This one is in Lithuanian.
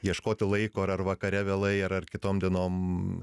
ieškoti laiko ar ar vakare vėlai ar ar kitom dienom